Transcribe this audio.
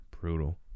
Brutal